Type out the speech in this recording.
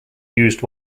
used